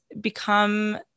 become